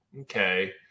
okay